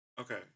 Okay